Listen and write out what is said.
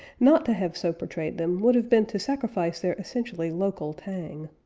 not to have so portrayed them, would have been to sacrifice their essentially local tang.